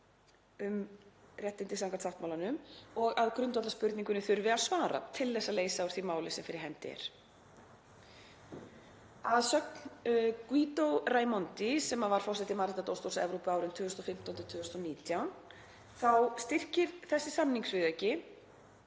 um réttindi samkvæmt sáttmálanum og að grundvallarspurningunni þurfi að svara til að leysa úr því máli sem fyrir hendi er. Að sögn Guido Raimondi, sem var forseti Mannréttindadómstóls Evrópu árin 2015–2019, styrkir þessi samningsviðauki